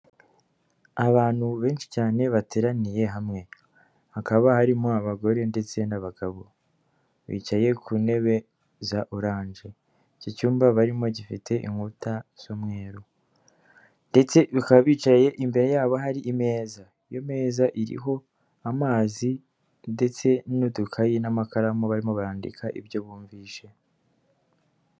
Abantu benshi cyane bateraniye hamwe, hakaba harimo abagore ndetse n'abagabo, bicaye ku ntebe za oranje iki cyumba barimo gifite inkuta z'umweru, ndetse bakaba bicaye imbere yabo hari imeza, iyo meza iriho amazi ndetse n'udukayi n'amakaramu barimo bandika ibyo bumvise.